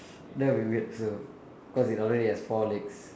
that will be weird also cause it already has four legs